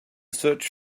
search